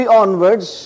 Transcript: onwards